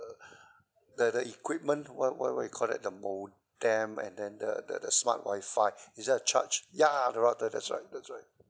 the the equipment what what what you call that the modem and then the the smart wi-fi is there a charge ya the router that's right that's right